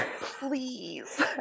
please